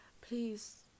please